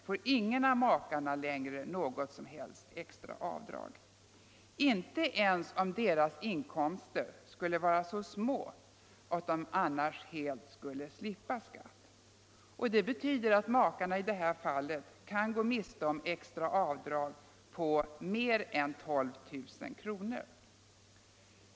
får ingen av makarna något som helst extra avdrag —- inte ens om deras inkomster skulle vara så små att de annars helt skulle slippa skatt. De kan på så sätt gå miste om extra avdrag på mer än 12 000 kr.